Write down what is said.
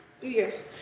Yes